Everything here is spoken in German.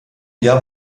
jahr